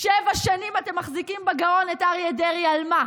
שבע שנים אתם מחזיקים בגרון את אריה דרעי, על מה?